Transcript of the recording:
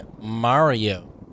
Mario